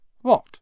What